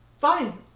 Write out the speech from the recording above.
fine